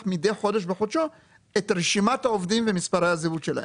מדי חודש בחודשו את רשימת העובדים ומספרי הזהות שלהם.